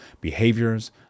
behaviors